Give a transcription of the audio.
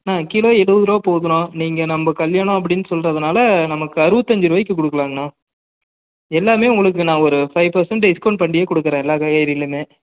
ஆ kilo இருபது ரூபா போதுண்ணா நீங்கள் நம்ம கல்யாணம் அப்படின்னு சொல்கிறதுனால நமக்கு அறுபத்தஞ்சி ரூபாயிக்கு கொடுக்கலாங்ணா எல்லாமே உங்களுக்கு நான் ஒரு ஃபைவ் பர்சென்ட் டிஸ்கௌண்ட் பண்ணியே கொடுக்கறேன் எல்லா காய்கறியிலையுமே